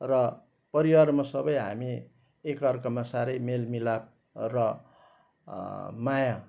र परिवारमा सबै हामी एक अर्कामा साह्रै मेलमिलाप र माया